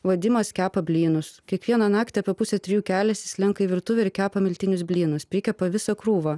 vadimas kepa blynus kiekvieną naktį apie pusę trijų keliasi slenka į virtuvę ir kepa miltinius blynus prikepa visą krūvą